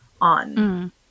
on